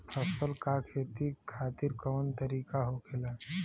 फसल का खेती खातिर कवन तरीका होखेला?